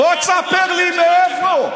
בוא תספר לי מאיפה.